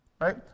right